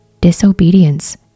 Disobedience